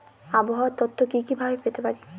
আবহাওয়ার তথ্য কি কি ভাবে পেতে পারি?